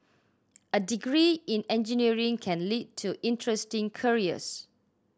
a degree in engineering can lead to interesting careers